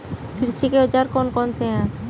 कृषि के औजार कौन कौन से हैं?